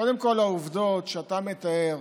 קודם כול, העובדות שאתה מתאר,